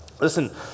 Listen